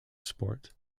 sport